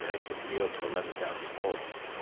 i can yield to eleven thousand volts.